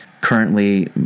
Currently